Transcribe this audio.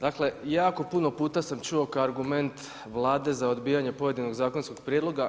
Dakle jako puno puta sam čuo kao argument Vlade za odbijanje pojedinog zakonskog prijedloga.